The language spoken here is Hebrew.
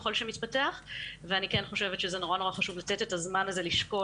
ככל שמתפתח ואני כן חושבת שזה נורא חשוב לתת את הזמן הזה לשקול